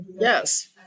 Yes